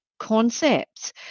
concepts